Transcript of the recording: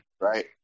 right